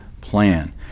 plan